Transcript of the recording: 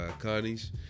Connie's